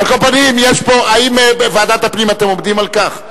על כל פנים, האם בוועדת הפנים אתם עומדים על כך?